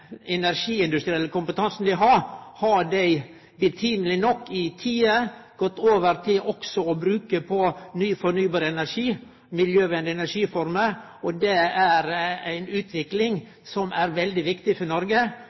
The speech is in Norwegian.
kompetansen dei har, har dei i tide gått over til også å bruke på ny fornybar energi, miljøvennlege energiformer, og det er ei utvikling som er veldig viktig for Noreg.